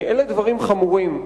אלה דברים חמורים.